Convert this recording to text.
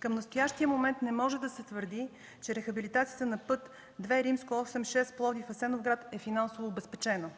Към настоящия момент не може да се твърди, че рехабилитацията на път ІІ-86 Пловдив – Асеновград е финансово обезпечена.